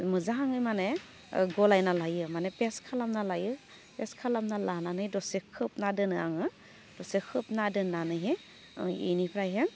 मोजाङै माने गलायना लायो माने पेस्त खालामना लायो पेस्त खालामना लानानै दसे खोबना दोनो आङो दसे खोबना दोन्नानैहै बिनिफ्रायहै